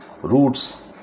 roots